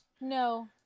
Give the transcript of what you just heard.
No